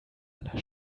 aller